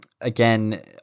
Again